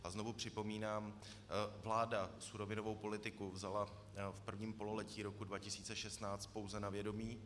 A znovu připomínám, vláda surovinovou politiku vzala v prvním pololetí roku 2016 pouze na vědomí.